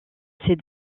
ses